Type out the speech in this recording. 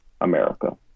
America